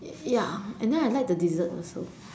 ya and then I like the dessert also